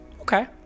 Okay